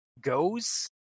goes